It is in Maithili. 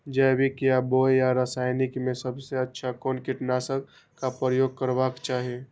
जैविक या बायो या रासायनिक में सबसँ अच्छा कोन कीटनाशक क प्रयोग करबाक चाही?